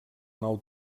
nou